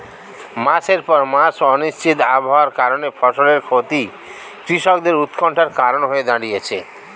মাসের পর মাস অনিশ্চিত আবহাওয়ার কারণে ফসলের ক্ষতি কৃষকদের উৎকন্ঠার কারণ হয়ে দাঁড়িয়েছে